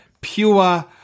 pure